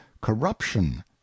corruption